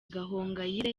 gahongayire